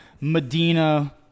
Medina